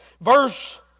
Verse